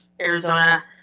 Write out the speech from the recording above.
Arizona